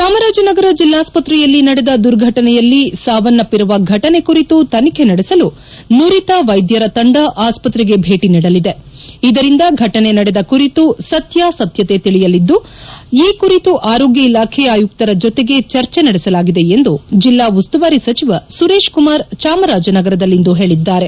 ಚಾಮರಾಜನಗರ ಜಿಲ್ಲಾಸ್ಪತ್ರೆಯಲ್ಲಿ ನಡೆದ ದುರ್ಘಟನೆಯಲ್ಲಿ ಸಾವನ್ಯಪ್ಪಿರುವ ಘಟನೆ ಕುರಿತು ತನಿಖೆ ನಡೆಸಲು ನುರಿತ ವೈದ್ಯರ ತಂಡ ಆಸ್ಪತ್ರೆಗೆ ಭೇಟಿ ನೀಡಲಿದೆ ಇದರಿಂದ ಘಟನೆ ನಡೆದ ಕುರಿತು ಸತ್ಯಾಸತ್ತತೆ ತಿಳಿಯಲಿದ್ದು ಈ ಕುರಿತು ಆರೋಗ್ಗ ಇಲಾಖೆ ಆಯುಕ್ತರ ಜೊತೆಗೆ ಚರ್ಚೆ ನಡೆಸಲಾಗಿದೆ ಎಂದು ಜಿಲ್ಲಾ ಉಸ್ತುವಾರಿ ಸಚಿವ ಸುರೇಶ್ಕುಮಾರ್ ಚಾಮರಾನಗರದಲ್ಲಿಂದು ಹೇಳಿದ್ದಾರೆ